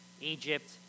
Egypt